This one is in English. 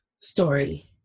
story